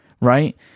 right